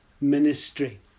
ministry